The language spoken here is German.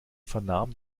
vernahmen